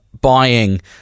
buying